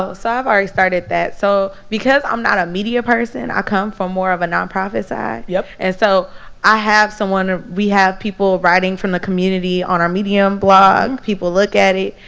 ah so i've already started that. so because i'm not a media person, i come from more of a non-profit side, yeah and so i have someone, we have people writing from the community on our medium blog, people look at it.